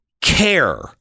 care